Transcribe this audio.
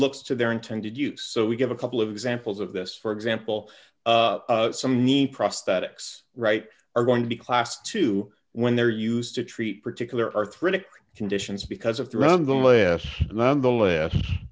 looks to their intended use so we give a couple of examples of this for example some need prosthetics right are going to be class two when they're used to treat particular arthritic conditions because of the round the less none the less